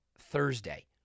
Thursday